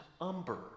umber